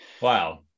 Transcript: wow